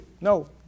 no